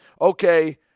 Okay